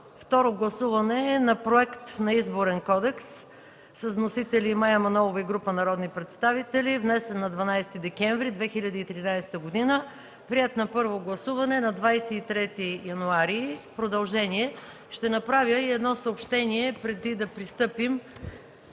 Второ гласуване на Проект на Изборен кодекс с вносители Мая Манолова и група народни представители, внесен на 12 декември 2013 г., приет на първо гласуване на 23 януари 2014 г. – продължение. Ще направя и едно съобщение, преди да пристъпим